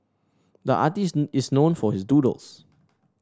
the artist is known for his doodles